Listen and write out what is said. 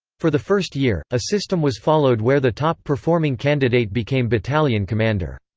for the first year, a system was followed where the top-performing candidate became battalion commander.